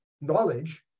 knowledge